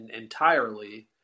entirely